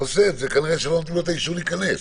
כנראה שאין לו אישור להיכנס.